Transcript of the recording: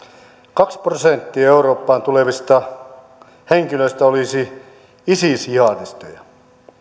kaksi prosenttia eurooppaan tulevista henkilöistä olisi isis jihadisteja